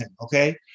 okay